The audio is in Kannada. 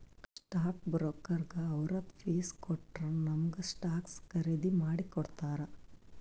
ಸ್ಟಾಕ್ ಬ್ರೋಕರ್ಗ ಅವ್ರದ್ ಫೀಸ್ ಕೊಟ್ಟೂರ್ ನಮುಗ ಸ್ಟಾಕ್ಸ್ ಖರ್ದಿ ಮಾಡಿ ಕೊಡ್ತಾರ್